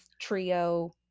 trio